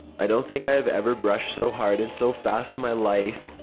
i don't think i have ever brushed so hard and so fast in my life.